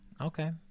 Okay